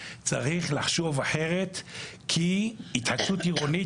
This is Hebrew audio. צריך לחשוב אחרת כי התחדשות עירונית